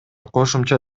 кошумча